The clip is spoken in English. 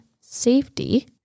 safety